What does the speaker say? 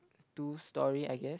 two storey I guess